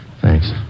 Thanks